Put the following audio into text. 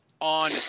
on